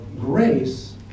grace